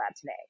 today